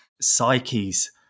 psyches